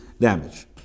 damage